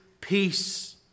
peace